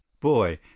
boy